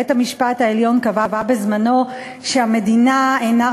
בית-המשפט העליון קבע בזמנו שהמדינה אינה